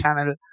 channel